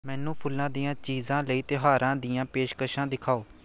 ਮੈਨੂੰ ਫੁੱਲਾਂ ਦੀਆਂ ਚੀਜ਼ਾਂ ਲਈ ਤਿਉਹਾਰਾਂ ਦੀਆਂ ਪੇਸ਼ਕਸ਼ਾਂ ਦਿਖਾਓ